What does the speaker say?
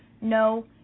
No